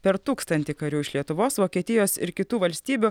per tūkstantį karių iš lietuvos vokietijos ir kitų valstybių